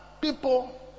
people